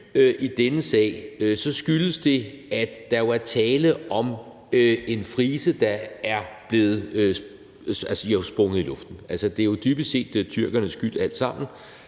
i denne sag, skyldes det, at der jo er tale om en frise, der er blevet sprængt i luften. Altså, det er dybest set tyrkernes skyld alt sammen,